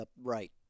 upright